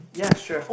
ya sure